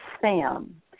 Sam